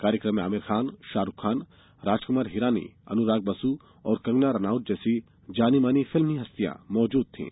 कार्यक्रम में आमिर खान शाहरूख खान राजकुमार हिरानी अनुराग बसु और कंगना रानाउत जैसी जानी मानी फिल्मी हस्तियां भी मौजूद थीं